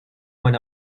meine